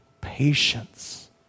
patience